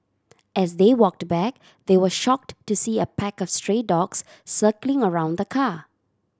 as they walked back they were shocked to see a pack of stray dogs circling around the car